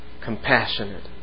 Compassionate